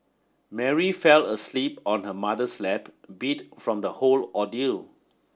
Mary fell asleep on her mother's lap beat from the whole ordeal